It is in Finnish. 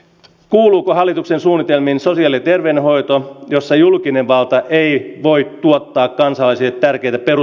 kuuluuko hallituksen suunnitelmiinsa tieliikenteen hoitoon jossa julkinen valta ei voi luottaa kansalaisia tärkein ottelu